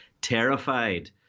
terrified